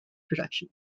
production